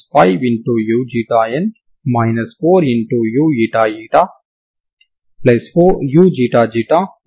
xct అయినప్పుడు మార్చడానికి ఏమీ లేదు కాబట్టి మీరు uxt12fxctfct x12cct xxctgsds 0xct 12fxctfx ct12cx ctxct gsds xct ని కలిగి ఉన్నారు